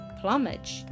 plumage